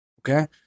okay